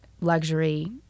luxury